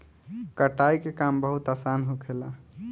कटाई के काम बहुत आसान होखेला